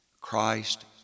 Christ